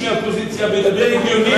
מהאופוזיציה מדבר הגיונית,